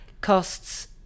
Costs